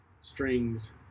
strings